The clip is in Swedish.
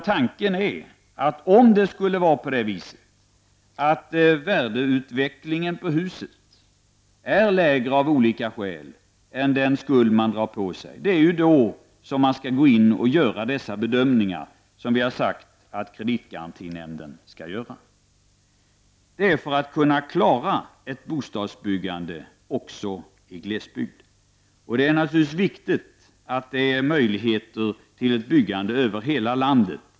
Tanken är att om värdeutvecklingen på huset är lägre av olika skäl än den skuld man drar på sig skall de bedömningar göras som vi har sagt att kreditgarantinämnden skall utgöra. Det är för att kunna klara ett bostadsbyggande även i glesbygden. Det är naturligtvis viktigt att man åstadkommer möjligheter för ett byggande över hela landet.